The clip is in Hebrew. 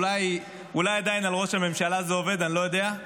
אולי עדיין על ראש הממשלה זה עובד, אני לא יודע.